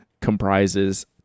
comprises